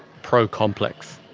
pro complex.